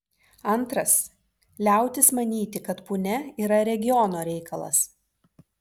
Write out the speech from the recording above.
antras liautis manyti kad punia yra regiono reikalas